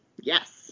Yes